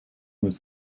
was